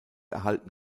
erhalten